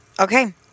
Okay